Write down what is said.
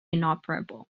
inoperable